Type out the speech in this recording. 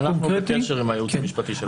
אנחנו בקשר עם הייעוץ המשפטי של הוועדה.